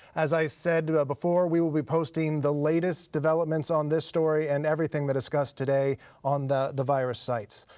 as i said before, we will be posting the latest developments on this story and everything that discussed today on the the virus sites.